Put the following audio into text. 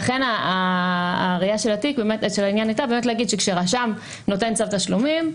ולכן הראייה של העניין הייתה להגיד שכאשר רשם נותן צו תשלומים,